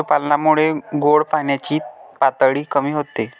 पशुपालनामुळे गोड पाण्याची पातळी कमी होते